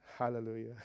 Hallelujah